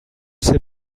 sais